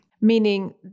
Meaning